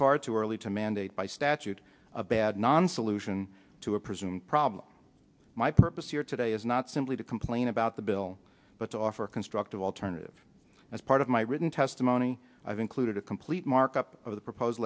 far too early to mandate by statute a bad non solution to a presumed problem my purpose here today is not simply to complain about the bill but to offer constructive alternative as part of my written testimony i've included a complete markup of the proposed